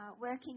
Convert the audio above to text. working